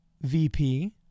VP